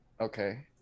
okay